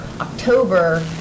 October